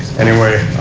anyway,